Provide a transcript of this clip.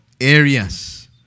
areas